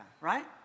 right